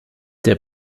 der